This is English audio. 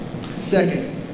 Second